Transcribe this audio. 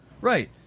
Right